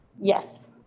yes